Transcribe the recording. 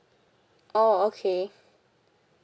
oh okay